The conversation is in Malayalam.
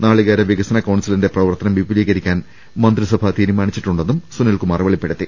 നാളികേരവികസന കൌൺസിലിന്റെ പ്രവർത്തനം വിപുലീകരിക്കാൻ മന്ത്രിസഭ തീരുമാനിച്ചിട്ടുണ്ടെന്നും സുനിൽകുമാർ വെളിപ്പെടുത്തി